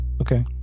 Okay